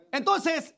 entonces